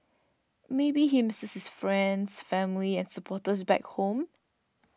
maybe he misses his friends and supporters back home